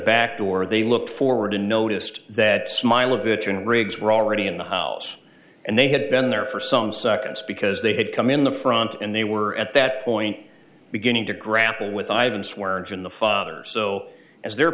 back door they looked forward and noticed that smile a bitch and briggs were already in the house and they had been there for some seconds because they had come in the front and they were at that point beginning to grapple with i don't swear engine the father so as the